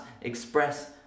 express